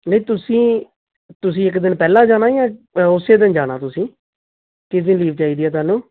ਨਹੀਂ ਤੁਸੀਂ ਤੁਸੀਂ ਇੱਕ ਦਿਨ ਪਹਿਲਾਂ ਜਾਣਾ ਜਾਂ ਉਸੇ ਦਿਨ ਜਾਣਾ ਤੁਸੀਂ ਕਿਸ ਦਿਨ ਲੀਵ ਚਾਹੀਦੀ ਆ ਤੁਹਾਨੂੰ